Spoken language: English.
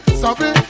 sorry